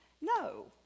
No